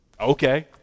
Okay